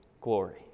glory